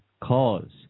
cause